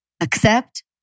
Accept